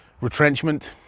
retrenchment